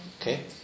Okay